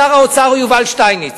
שר האוצר הוא יובל שטייניץ.